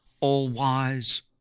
all-wise